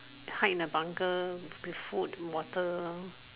hide in the jungle with food water